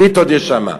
פיתות יש שם.